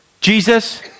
Jesus